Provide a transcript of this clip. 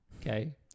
Okay